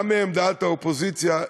גם מעמדת האופוזיציה,